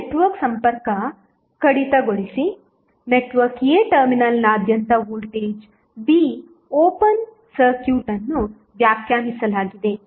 ಈಗ ನೆಟ್ವರ್ಕ್ ಸಂಪರ್ಕ ಕಡಿತಗೊಳಿಸಿ ನೆಟ್ವರ್ಕ್ a ಟರ್ಮಿನಲ್ನಾದ್ಯಂತ ವೋಲ್ಟೇಜ್ v ಓಪನ್ ಸರ್ಕ್ಯೂಟ್ ಅನ್ನು ವ್ಯಾಖ್ಯಾನಿಸಲಾಗಿದೆ